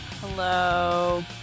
Hello